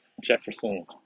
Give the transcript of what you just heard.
Jefferson